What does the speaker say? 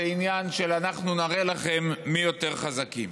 עניין של: אנחנו נראה לכם מי יותר חזקים.